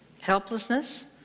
helplessness